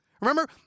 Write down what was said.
Remember